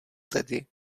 tedy